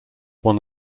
one